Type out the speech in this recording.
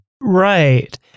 right